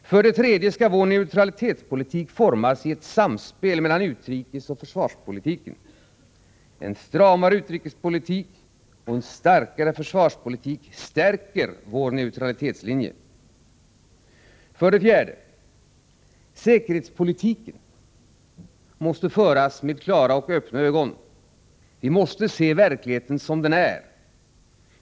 För det tredje skall vår neutralitetspolitik formas i ett samspel mellan utrikesoch försvarspolitiken. En stramare utrikespolitik och en starkare försvarspolitik stärker vår neutralitetslinje. För det fjärde: Säkerhetspolitiken måste föras med klara och öppna ögon. Vi måste se verkligheten som den är.